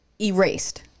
erased